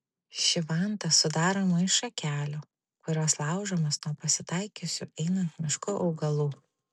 ši vanta sudaroma iš šakelių kurios laužomos nuo pasitaikiusių einant mišku augalų